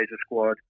squad